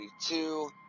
two